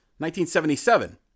1977